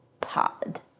Pod